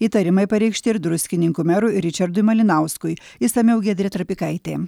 įtarimai pareikšti ir druskininkų merui ričardui malinauskui išsamiau giedrė trapikaitė